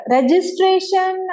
Registration